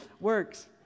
works